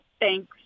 Thanks